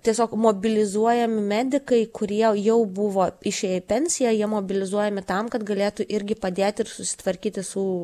tiesiog mobilizuojami medikai kurie jau buvo išėję į pensiją jie mobilizuojami tam kad galėtų irgi padėt ir susitvarkyti su